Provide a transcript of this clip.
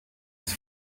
des